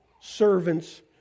servants